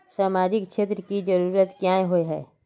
सामाजिक क्षेत्र की जरूरत क्याँ होय है?